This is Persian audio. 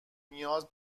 نیاز